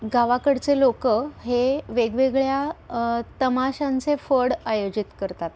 गावाकडचे लोक हे वेगवेगळ्या तमाशांचे फड आयोजित करतात